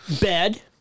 Bed